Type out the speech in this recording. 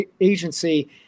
agency